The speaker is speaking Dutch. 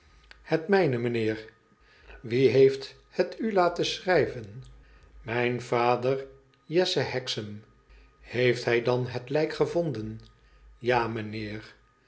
het mijne mijnheer wie heeft het u laten schrijven mijn vader jesse hexam heeft hij dan het lijk gevonden ja mijnheer